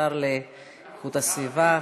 השר להגנת הסביבה,